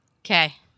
Okay